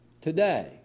Today